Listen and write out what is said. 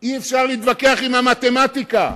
שאי-אפשר להתווכח עם המתמטיקה.